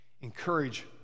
encourage